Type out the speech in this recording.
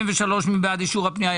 מס' 273, מי בעד אישור הפנייה?